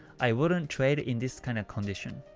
i wouldn't trade in this kind of condition.